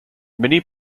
mini